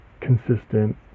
consistent